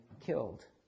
killed